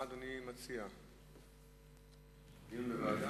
מה אדוני מציע, דיון בוועדה?